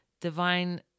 divine